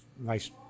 nice